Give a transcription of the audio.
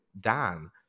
Dan